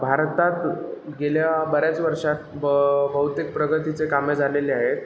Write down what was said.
भारतात गेल्या बऱ्याच वर्षात ब बहुतेक प्रगतीचे कामे झालेले आहेत